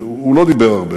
הוא לא דיבר הרבה,